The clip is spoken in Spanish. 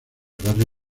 barrio